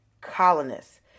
colonists